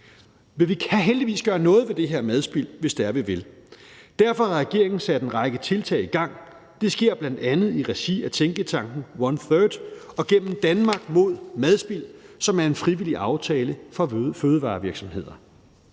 Men vi kan heldigvis gøre noget ved det her madspild, hvis det er, vi vil. Derfor har regeringen sat en række tiltag i gang. Det sker bl.a. i regi af tænketanken ONE\THIRD og gennem Danmark mod Madspild, som er en frivillig aftale for fødevarevirksomheder.